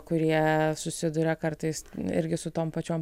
kurie susiduria kartais irgi su tom pačiom